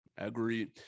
Agreed